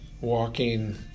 walking